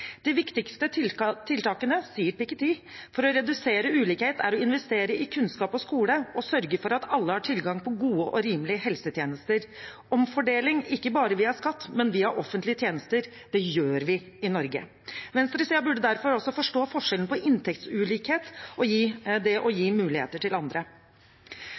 De viktigste tiltakene for å redusere ulikhet, sier Piketty, er å investere i kunnskap og skole og sørge for at alle har tilgang på gode og rimelige helsetjenester. Omfordeling ikke bare via skatt, men også via offentlige tjenester – det gjør vi i Norge. Venstresiden burde derfor også forstå forskjellen mellom inntektsulikhet og det å gi muligheter til andre.